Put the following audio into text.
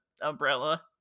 umbrella